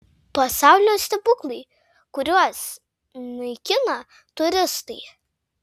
pasaulio stebuklai kuriuos naikina turistai